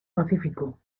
pacífico